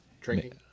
drinking